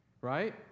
right